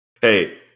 Hey